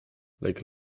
like